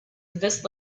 this